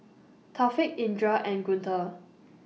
Taufik Indra and Guntur